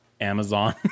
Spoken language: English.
Amazon